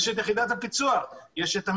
יש את יחידת הפיצו"ח והמשטרה.